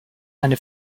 eine